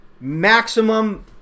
maximum